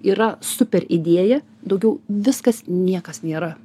yra super idėja daugiau viskas niekas nėra